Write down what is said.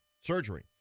Surgery